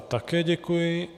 Také děkuji.